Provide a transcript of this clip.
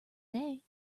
day